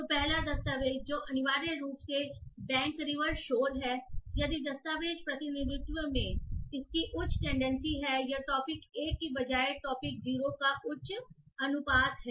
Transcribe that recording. तो पहला दस्तावेज़ जो अनिवार्य रूप से बैंक रिवर शोर वाटर है यदि दस्तावेज़ प्रतिनिधित्व में इसकी उच्च टेंडेंसी है या टॉपिक1 के बजाय टॉपिक 0 का उच्च अनुपात है